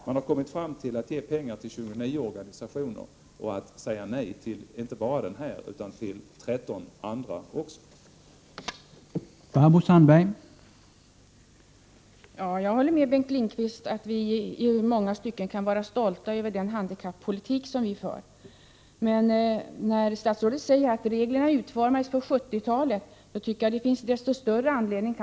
Man har stannat för att ge pengar till 29 organisationer och att säga nej till inte bara de neurosedynskadades förening utan också till 13 andra.